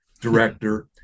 director